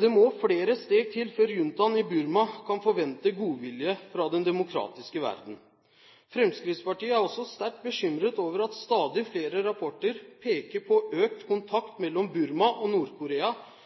Det må flere steg til før juntaen i Burma kan forvente godvilje fra den demokratiske verden. Fremskrittspartiet er også sterkt bekymret over at stadig flere rapporter peker på økt kontakt mellom Burma og